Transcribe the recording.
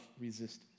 resistance